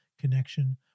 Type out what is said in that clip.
connection